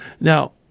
Now